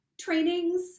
trainings